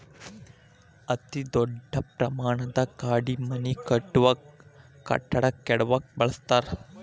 ಅತೇ ದೊಡ್ಡ ಪ್ರಮಾಣದ ಗಾಡಿ ಮನಿ ಕಟ್ಟುವಾಗ, ಕಟ್ಟಡಾ ಕೆಡವಾಕ ಬಳಸತಾರ